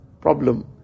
problem